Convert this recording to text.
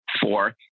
Four